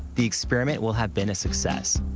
the experiment will have been a success.